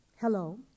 Hello